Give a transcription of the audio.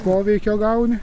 poveikio gauni